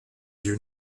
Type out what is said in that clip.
you